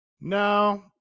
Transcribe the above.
No